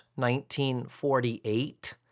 1948